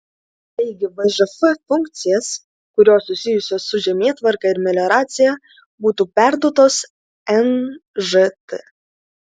taigi vžf funkcijas kurios susijusios su žemėtvarka ir melioracija būtų perduotos nžt